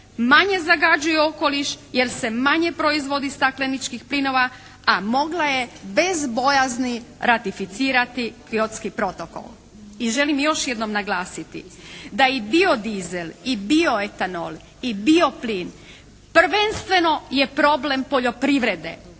manje zagađuju okoliš jer se manje proizvodi stakleničkih plinova a mogla je bez bojazni ratificirati Kyotski protokol. I želim još jednom naglasiti da i biodiesel i bioetanol i bioplin prvenstveno je problem poljoprivrede.